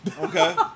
Okay